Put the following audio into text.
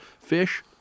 fish